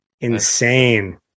Insane